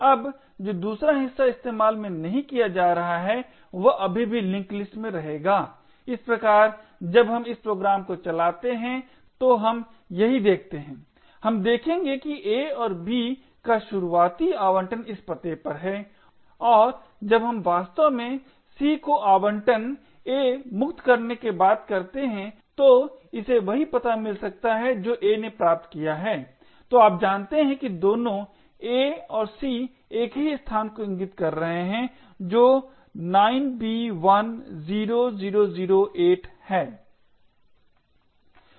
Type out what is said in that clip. अब जो दूसरा हिस्सा इस्तेमाल नहीं किया जा रहा है वह अभी भी लिंक लिस्ट में रहेगा इस प्रकार जब हम इस प्रोग्राम को चलाते हैं तो हम यही देखते हैं हम देखेंगे कि a और b का शुरुआती आवंटन इस पते पर है और जब हम वास्तव में c को आवंटन a मुक्त करने के बाद करते हैं तो इसे वही पता मिल सकता है जो a ने प्राप्त किया है तो आप जानते हैं कि दोनों पते a और c एक ही स्थान को इंगित कर रहे हैं जो 9b10008 है